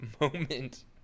moment